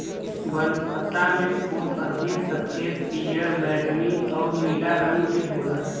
बनफशा के फूल अधिक सफ़ेद, पियर, बैगनी आउर नीला रंग में होला